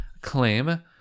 claim